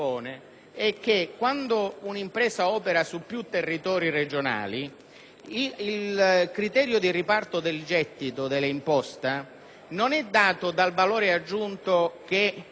il criterio di riparto del gettito derivante dalla suddetta imposta non è dato dal valore aggiunto che quell'attività produttiva determina in quella specifica Regione, ma dal costo del lavoro.